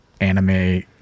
anime